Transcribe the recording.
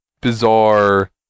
bizarre